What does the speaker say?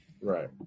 Right